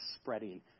spreading